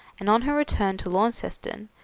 and on her return to launceston,